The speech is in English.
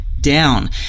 down